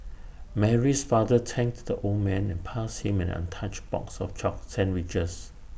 Mary's father thanked the old man and passed him an untouched box of chock sandwiches